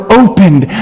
opened